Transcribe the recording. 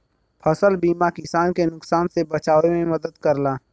फसल बीमा किसान के नुकसान से बचाव में मदद करला